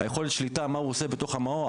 יכולת השליטה שלי על מה הוא עושה בתוך המעון,